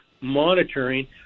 monitoring